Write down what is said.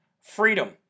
Freedom